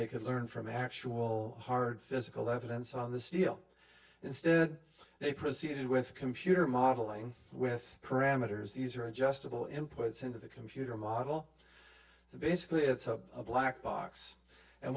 they could learn from actual hard physical evidence on the steel instead they proceeded with computer modeling with parameters these are adjustable inputs into the computer model so basically it's a black box and